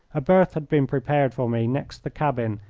a berth had been prepared for me next the cabin,